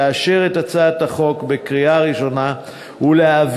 לאשר את הצעת החוק בקריאה ראשונה ולהעבירה